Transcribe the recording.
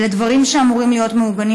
אלו דברים שאמורים להיות מעוגנים